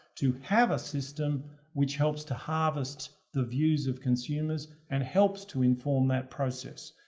to have a system which helps to harvest the views of consumers and helps to inform that process.